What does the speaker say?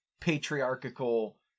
patriarchal